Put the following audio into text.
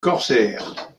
corsaire